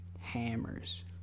hammers